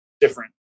different